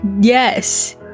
Yes